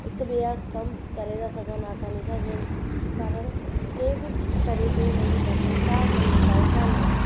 हिक ॿिए जा कमु करे था सघनि आसानी सां जंहिं कारण कंहिं बि तरह जो हुन जे मन में का मन मुटाव कोन रहंदो